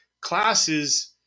classes